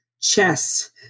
chess